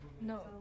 No